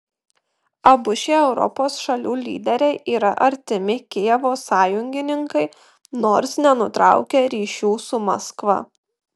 abu šie europos šalių lyderiai yra artimi kijevo sąjungininkai nors nenutraukia ryšių su maskva